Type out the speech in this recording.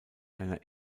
einer